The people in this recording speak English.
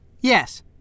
Yes